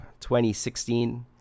2016